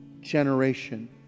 generation